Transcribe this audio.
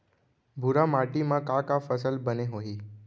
भूरा माटी मा का का फसल बने होही?